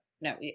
No